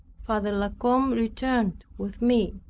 father la combe returned with me.